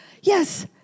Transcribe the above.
Yes